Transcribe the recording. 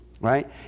right